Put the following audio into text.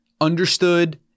understood